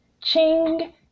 Ching